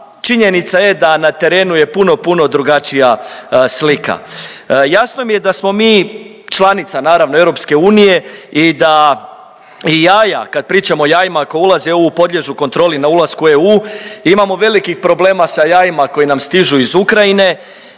činjenica je da na terenu je puno, puno drugačija slika. Jasno mi je da smo mi članica, naravno, EU i da, i jaja, kad pričamo o jajima, ako ulaze u EU, podliježu kontroli na ulasku u EU, imamo velikih problema sa jajima koji nam stižu iz Ukrajine,